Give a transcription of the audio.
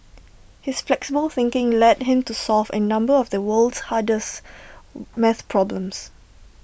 his flexible thinking led him to solve A number of the world's hardest math problems